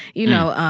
you know,